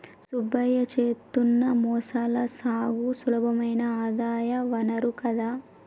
సుబ్బయ్య చేత్తున్న మొసళ్ల సాగు సులభమైన ఆదాయ వనరు కదా